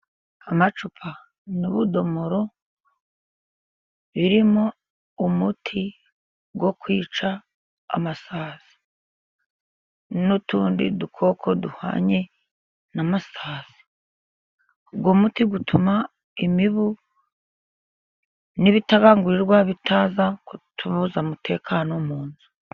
Amacupa n'ibidomoro birimo umuti wo kwica amasazi, n'utundi dukoko duhwanye n'amasazi, uwo muti utuma imibu n'ibitagangurirwa, bitaza kutuza umutekano mu nzu.